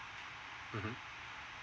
mmhmm